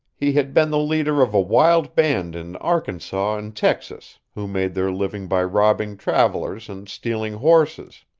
he had been the leader of a wild band in arkansas and texas, who made their living by robbing travelers and stealing horses.